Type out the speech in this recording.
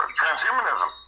transhumanism